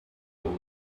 old